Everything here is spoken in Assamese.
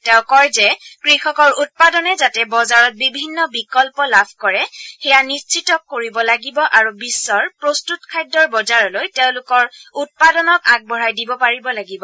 তেওঁ কয় যে কৃষকৰ উৎপাদনে যাতে বজাৰত বিভিন্ন বিকল্প লাভ কৰে সেয়া নিশ্চিত কৰিব লাগিব আৰু বিশ্বৰ প্ৰস্তুত খাদ্যৰ বজাৰলৈ তেওঁলোকৰ উৎপাদনক আগবঢ়াই দিব পাৰিব লাগিব